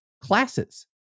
classes